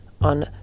on